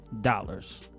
dollars